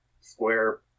square